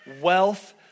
wealth